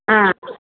ஆ